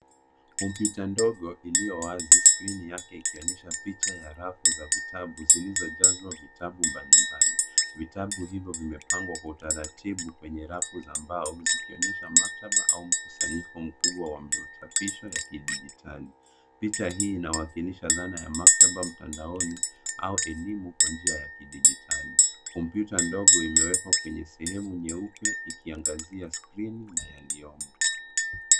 Kompyuta ndogo iliyowazi skrini yake ikionyesha picha ya rafu za vitabu zilizojaa vitabu mbalimbali. Vitabu hivyo vimepangwa Kwa utaratibu kwenye rafu za mbao zikionyesha maktaba au mkusanyiko wa machapisho ya kidijitali. Picha hii inawakilisha dhana ya maktaba au mtandaoni au elimu Kwa njia ya kidijitali . Kompyuta ndogo imewekwa kwenye sehemu nyeupe ikiangazia Skrini na yaliyomo.